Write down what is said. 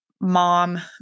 mom